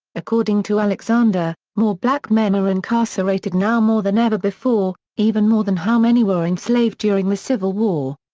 according to alexander, more black men are incarcerated now more than ever before, even more than how many were enslaved during the civil war.